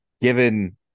given